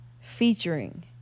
featuring